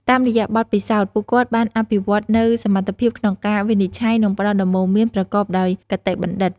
តាមរយៈបទពិសោធន៍ ពួកគាត់បានអភិវឌ្ឍនូវសមត្ថភាពក្នុងការវិនិច្ឆ័យ និងផ្ដល់ដំបូន្មានប្រកបដោយគតិបណ្ឌិត។